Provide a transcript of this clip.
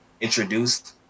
introduced